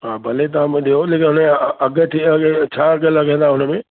हा भले तव्हां बि ॾियो लेकिन उनजा अघि थी विया इहा छा अघि लॻंदा उनमें